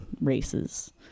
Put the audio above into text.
races